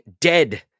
dead